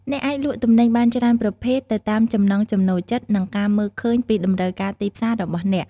អ្នកអាចលក់ទំនិញបានច្រើនប្រភេទទៅតាមចំណង់ចំណូលចិត្ត និងការមើលឃើញពីតម្រូវការទីផ្សាររបស់អ្នក។